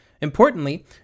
Importantly